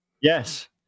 Yes